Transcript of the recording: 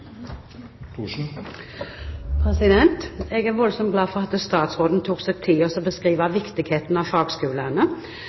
Jeg er veldig glad for at statsråden tok seg tid til å beskrive